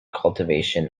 cultivation